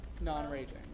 non-raging